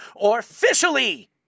Officially